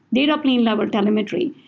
data plane level telemetry,